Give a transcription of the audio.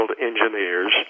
engineers